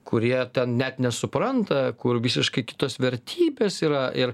kurie ten net nesupranta kur visiškai kitos vertybės yra ir